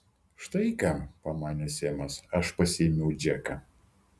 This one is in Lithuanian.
štai kam pamanė semas aš pasiėmiau džeką